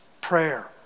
prayer